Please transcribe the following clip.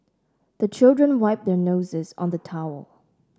the children wipe their noses on the towel